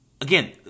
again